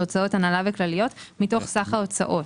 הוצאות הנהלה וכלליות מתוך סך ההוצאות.